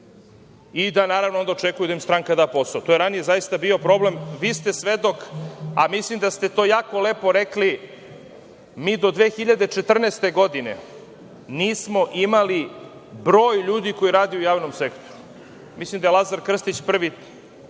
i da onda očekuju da im stranka da posao. To je ranije zaista bio problem. Vi ste svedok, a mislim da ste to jako lepo rekli, mi do 2014. godine nismo imali broj ljudi koji radi u javnom sektoru. Mislim da je Lazar Krstić prvi